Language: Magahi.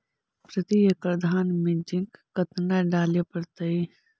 प्रती एकड़ धान मे जिंक कतना डाले पड़ताई?